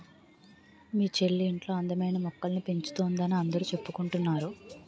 మీ చెల్లి ఇంట్లో అందమైన మొక్కల్ని పెంచుతోందని అందరూ చెప్పుకుంటున్నారు